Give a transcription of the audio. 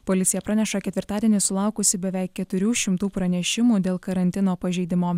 policija praneša ketvirtadienį sulaukusi beveik keturių šimtų pranešimų dėl karantino pažeidimo